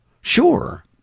Sure